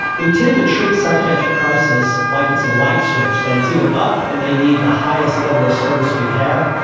we tend to treat psychiatric crisis like it's a light switch, that it's either up and they need the highest level of service we have,